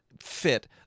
fit